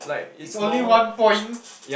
it's only one point